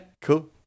cool